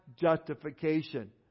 justification